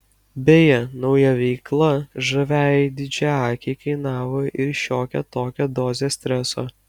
beje nauja veikla žaviajai didžiaakei kainavo ir šiokią tokią dozę streso